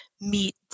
meet